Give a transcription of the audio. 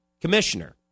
commissioner